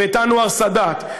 ואת אנואר סאדאת,